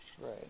Right